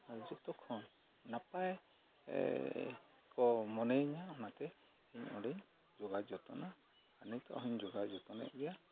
ᱟᱨ ᱡᱚᱛᱚ ᱠᱷᱚᱱ ᱱᱟᱯᱟᱭ ᱠᱚ ᱢᱚᱱᱮᱧᱟ ᱚᱱᱟᱛᱮ ᱤᱧ ᱚᱸᱰᱮᱧ ᱡᱳᱜᱟᱣ ᱡᱚᱛᱚᱱᱟ ᱟᱨ ᱱᱤᱛᱚᱜ ᱦᱚᱸᱧ ᱡᱚᱜᱟᱣ ᱡᱚᱛᱚᱱᱮᱜ ᱜᱮᱭᱟ